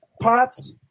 pots